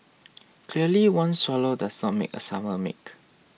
clearly one swallow does not make a summer make